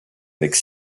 avec